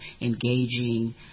engaging